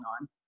on